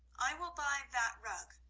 i will buy that rug,